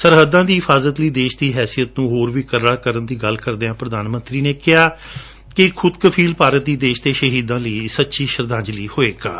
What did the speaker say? ਸਰਹੱਦਾਂ ਦੀ ਹਿਫਾਜਤ ਲਈ ਦੇਸ਼ ਦੀ ਹੈਸਿਅਤ ਨੂੰ ਹੋਰ ਵੀ ਕਰੜਾ ਕਰਣ ਦੀ ਗੱਲ ਕਰਦਿਆਂ ਪ੍ਰਧਾਨ ਮੰਤਰੀ ਨੇ ਕਿਹਾ ਕਿ ਇਕ ਖੁਦ ਕਫੀਲ ਭਾਰਤ ਹੀ ਦੇਸ਼ ਦੀ ਸ਼ਹੀਦਾਂ ਲਈ ਸੱਚੀ ਸ਼ਰਧਾਂਜਲੀ ਹੋਵੇਗੀ